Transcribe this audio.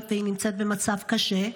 והיא נמצאת במצב קשה.